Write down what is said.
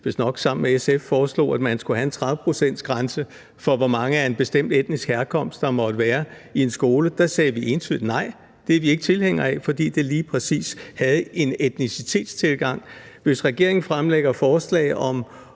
med SF, foreslog, at man skulle have en 30-procentsgrænse, i forhold til hvor mange af en bestemt etnisk herkomst der måtte være i en skole. Da sagde vi entydigt nej – at det var vi ikke tilhængere af, fordi det lige præcis havde en etnicitetstilgang. Hvis regeringen fremlægger forslag om